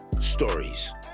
stories